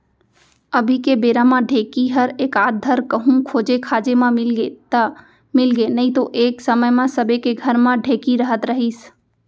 अभी के बेरा म ढेंकी हर एकाध धर कहूँ खोजे खाजे म मिलगे त मिलगे नइतो एक समे म सबे के घर म ढेंकी रहत रहिस